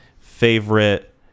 favorite